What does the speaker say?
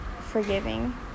forgiving